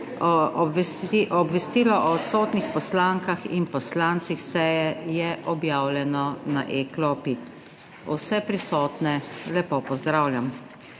Obvestilo o odsotnih poslankah in poslancih s seje je objavljeno na e-klopi. Vse prisotne lepo pozdravljam!